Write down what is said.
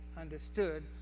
understood